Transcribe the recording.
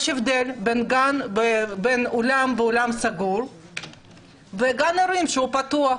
יש הבדל בין אולם סגור ובין גן אירועים פתוח,